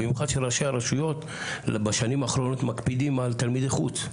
ובמיוחד שראשי הרשויות בשנים האחרונות מקפידים על תלמידי חוץ,